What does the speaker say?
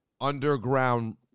underground